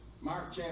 mark